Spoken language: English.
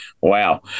Wow